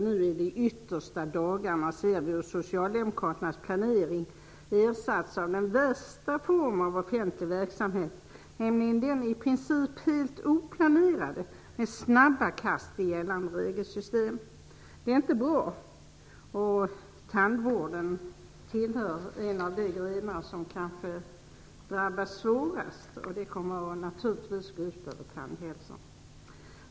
Nu i de yttersta dagarna ser vi hur socialdemokraternas planering ersatts av den värsta formen av offentlig verksamhet, nämligen den i princip helt oplanerade, med snabba kast i gällande regelsystem. Det är inte bra, och tandvården tillhör de grenar som kanske drabbats svårast, och det kommer naturligtvis att gå ut över tandhälsan.